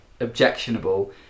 objectionable